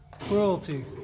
Cruelty